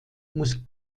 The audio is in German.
muss